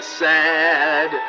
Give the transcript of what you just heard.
sad